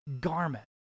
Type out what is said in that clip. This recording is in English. garment